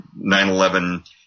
9-11